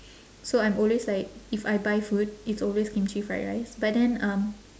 so I'm always like if I buy food it's always kimchi fried rice but then um